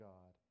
God